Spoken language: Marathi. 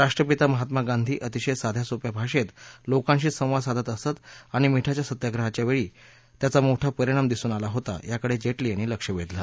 राष्ट्रपिता महात्मा गांधी अतिशय साध्यासोप्या भाषेत लोकांशी संवाद साधत असत आणि मिठाच्या सत्याग्रहाच्या वेळी त्याचा मोठा परिणाम दिसून आला होता याकडे जेटली यांनी लक्ष वेधलं